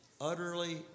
utterly